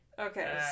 Okay